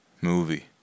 movie